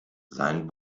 sein